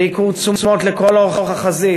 בייקור תשומות לכל אורך החזית,